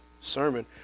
sermon